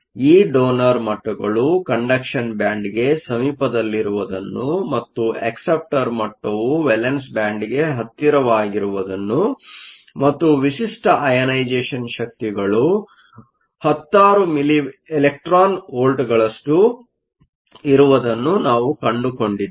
ಈ ಡೋನರ್ಮಟ್ಟಗಳು ಕಂಡಕ್ಷನ್ ಬ್ಯಾಂಡ್ಗೆ ಸಮೀಪದಲ್ಲಿರುವುದನ್ನು ಮತ್ತು ಅಕ್ಸೆಪ್ಟರ್ಮಟ್ಟವು ವೇಲೆನ್ಸ್ ಬ್ಯಾಂಡ್ಗೆ ಹತ್ತಿರವಾಗಿರುವುದನ್ನು ಮತ್ತು ವಿಶಿಷ್ಟ ಅಯನೈಸೇಷ಼ನ್ ಶಕ್ತಿಗಳು ಹತ್ತಾರು ಮಿಲಿ ಎಲೆಕ್ಟ್ರಾನ್ ವೋಲ್ಟ್ ಗಳಷ್ಟು ಇರುವುದನ್ನು ನಾವು ಕಂಡುಕೊಂಡಿದ್ದೇವೆ